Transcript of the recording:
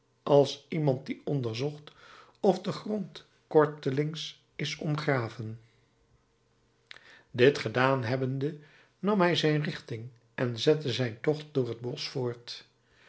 als iemand die onderzocht of de grond kortelings is omgegraven dit gedaan hebbende nam hij zijn richting en zette zijn tocht door het bosch voort